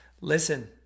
Listen